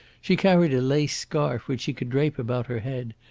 she carried a lace scarf which she could drape about her head,